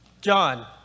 John